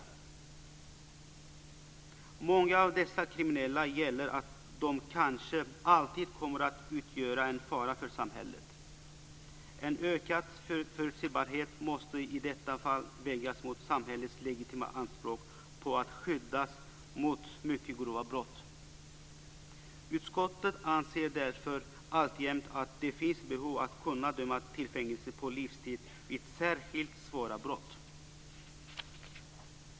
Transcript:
För många av dessa kriminella gäller att de kanske alltid kommer att utgöra en fara för samhället. En ökad förutsebarhet måste i detta fall vägas mot samhället legitima anspråk på att skyddas mot mycket grova brott. Utskottet anser därför alltjämt att det finns behov av att kunna döma till fängelse på livstid vid särskilt svåra brott.